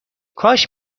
کاش